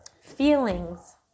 feelings